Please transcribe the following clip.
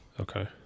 Okay